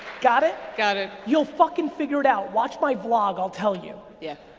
got it? got it. you'll fucking figure it out. watch my vlog, i'll tell you. yeah,